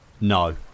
no